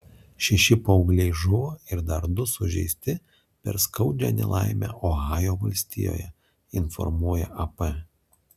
šeši paaugliai žuvo ir dar du sužeisti per skaudžią nelaimę ohajo valstijoje informuoja ap